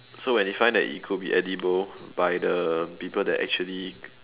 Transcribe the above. so when they find that it could be edible by the people that actually